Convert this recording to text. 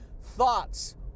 Thoughts